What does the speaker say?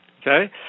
Okay